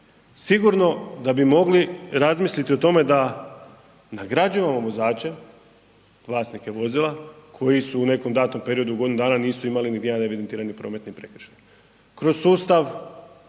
Sigurno da bi mogli razmisliti o tome da nagrađujemo vozače, vlasnike vozila koji su u nekom datom periodu, godinu dana nisu imali niti jedan evidentirani prometni prekršaj.